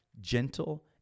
gentle